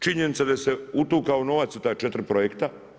Činjenica da se utukao novac u ta 4 projekta.